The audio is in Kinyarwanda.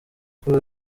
kuri